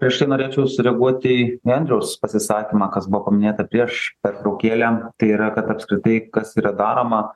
aš tai norėčiau sureaguoti į andriaus pasisakymą kas buvo paminėta prieš pertraukėlę tai yra kad apskritai kas yra daroma